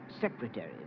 secretary